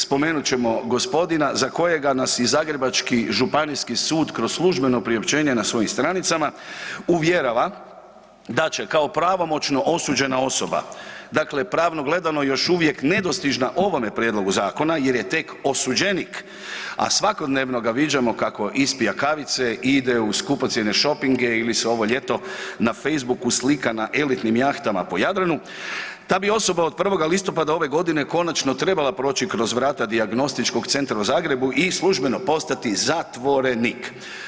Spomenut ćemo gospodina za kojega nas i zagrebački županijski sud kroz službeno priopćenje na svojim stranicama uvjerava da će kao pravomoćno osuđena osoba, dakle pravno gledano još uvijek nedostižna ovome prijedlogu zakona jer je tek osuđenik, a svakodnevno ga viđamo kako ispija kavice i ide u skupocjene šopinge ili se ovo ljeto na facebooku slika na elitnim jahtama po Jadranu, ta bi osoba od 1. listopada ove godine konačno trebala proći kroz vrata dijagnostičkog centra u Zagrebu i službeno postati zatvorenik.